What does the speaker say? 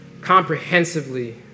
comprehensively